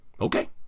Okay